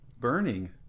burning